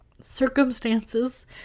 circumstances